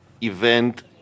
event